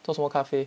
做什么咖啡